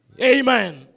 Amen